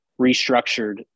restructured